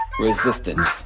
Resistance